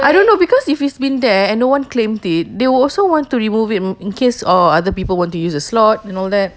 I don't know because if it's been there and no one claimed it they will also want to remove it m~ in case orh other people want to use the slot and all that